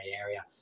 area